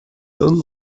homme